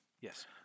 Yes